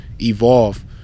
evolve